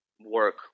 work